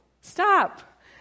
Stop